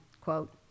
quote